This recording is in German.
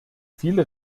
viele